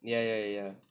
ya ya ya